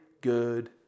good